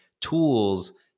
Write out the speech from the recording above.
tools